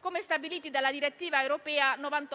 come stabilito dalla direttiva europea n.